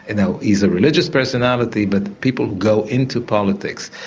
and now he's a religious personality but people go into politics,